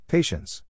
Patience